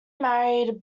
married